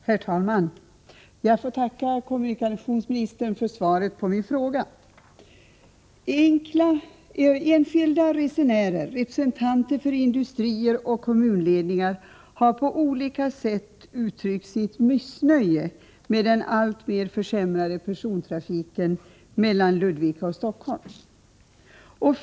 Herr talman! Jag får tacka kommunikationsministern för svaret på min interpellation. Enskilda resenärer, representanter för industrier och kommunledningar har på olika sätt uttryckt sitt missnöje med den alltmer försämrade persontrafiken mellan Ludvika och Stockholm.